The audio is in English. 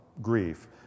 Grief